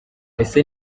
ese